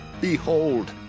Behold